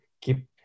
keep